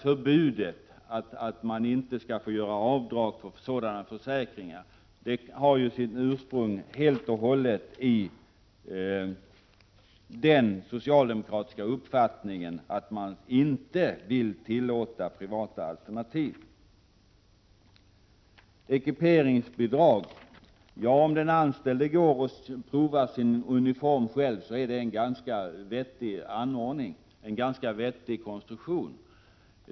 Förbudet att göra avdrag för sådana försäkringar har sitt ursprung helt och hållet i den socialdemokratiska oviljan att tillåta privata alternativ. Reservation 11 gäller ekiperingsbidrag. Att den anställde själv går och provar ut sin uniform är en ganska vettig ordning.